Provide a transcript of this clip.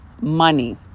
money